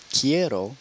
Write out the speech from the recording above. Quiero